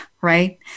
right